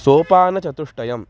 सोपानचतुष्टयम्